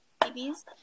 babies